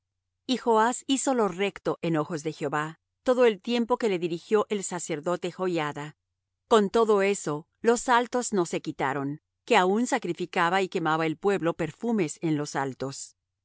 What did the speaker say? de beer-seba y joas hizo lo recto en ojos de jehová todo el tiempo que le dirigió el sacerdote joiada con todo eso los altos no se quitaron que aún sacrificaba y quemaba el pueblo perfumes en los altos